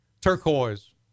turquoise